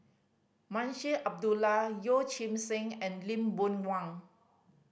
Munshi Abdullah Yeoh Ghim Seng and Lee Boon Wang